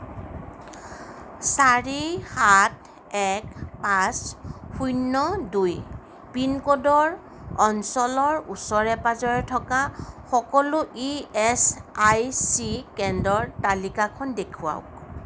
চাৰি সাত এক পাঁচ শূন্য দুই পিনক'ডৰ অঞ্চলৰ ওচৰে পাঁজৰে থকা সকলো ইএচআইচি কেন্দ্ৰৰ তালিকাখন দেখুৱাওক